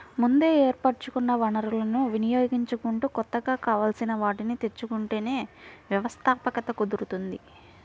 ముందే ఏర్పరచుకున్న వనరులను వినియోగించుకుంటూ కొత్తగా కావాల్సిన వాటిని తెచ్చుకుంటేనే వ్యవస్థాపకత కుదురుతుంది